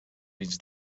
vins